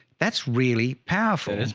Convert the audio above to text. that's really powerful.